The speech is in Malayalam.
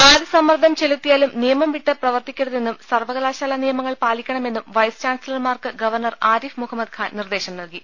ആർ സമ്മർദ്ദം ചെലുത്തിയാലും നിയമം വിട്ട് പ്രവർത്തിക്ക രുതെന്നും സർവ്വകലാശാല നിയമങ്ങൾ പാലിക്കണമെന്നും വൈസ് ചാൻസലർമാർക്ക് ഗവർണർ ആരിഫ് മുഹമ്മദ് ഖാൻ നിർദേശം നൽകി